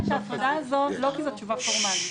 את ההפרדה הזו לא כי זו תשובה פורמלית,